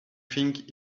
think